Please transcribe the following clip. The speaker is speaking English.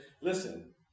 listen